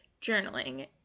Journaling